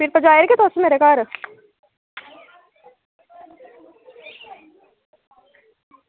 एह् पजाई ओड़गे तुस मेरे घर